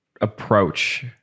approach